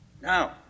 Now